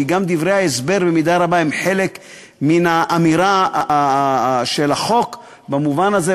כי גם דברי ההסבר הם במידה רבה חלק מן האמירה של החוק במובן הזה,